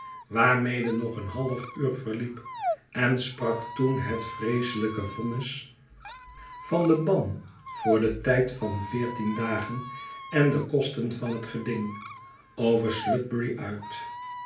waarmede nog een half uur verliep en sprak toen het vreeselijke vonnis van den ban voor den tyd van veertien dagen en de kosten van het geding over sludberry uit